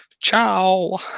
Ciao